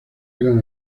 gran